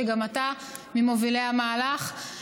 שגם אתה ממובילי המהלך.